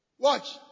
Watch